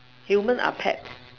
humans are pet